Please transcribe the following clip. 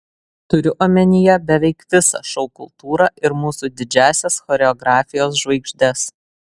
turiu omenyje beveik visą šou kultūrą ir mūsų didžiąsias choreografijos žvaigždes